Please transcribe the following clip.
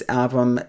album